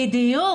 בדיוק.